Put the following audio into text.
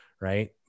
right